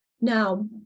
now